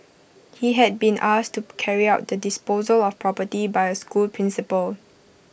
he had been asked to carry out the disposal of property by A school principal